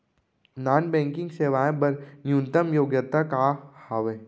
Non banking सेवाएं बर न्यूनतम योग्यता का हावे?